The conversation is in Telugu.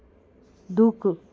దూకు